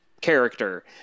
character